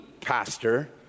pastor